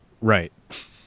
Right